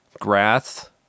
Grath